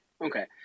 Okay